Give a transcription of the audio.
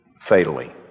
fatally